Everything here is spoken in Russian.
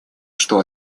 что